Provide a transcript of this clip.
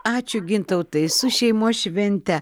ačiū gintautai su šeimos švente